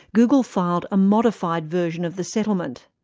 google filed a modified version of the settlement.